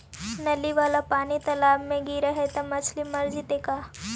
नली वाला पानी तालाव मे गिरे है त मछली मर जितै का?